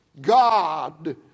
God